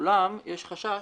אולם יש חשש,